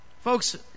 Folks